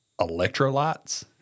electrolytes